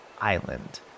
island